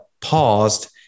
paused